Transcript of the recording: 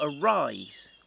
arise